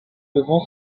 devant